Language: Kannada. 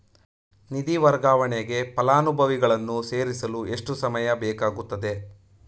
ನಿಧಿ ವರ್ಗಾವಣೆಗೆ ಫಲಾನುಭವಿಗಳನ್ನು ಸೇರಿಸಲು ಎಷ್ಟು ಸಮಯ ಬೇಕಾಗುತ್ತದೆ?